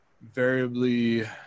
variably